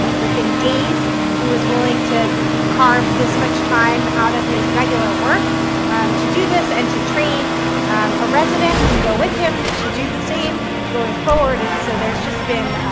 yeah within days who is willing to carve this much time out of his regular work to do this and to train a resident to go with him to do the same going forward. and so there's just been,